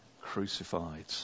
crucified